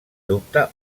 dubte